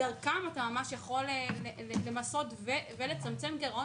ודרכם אתה ממש יכול למסות וצמצם גירעון